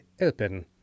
open